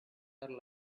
are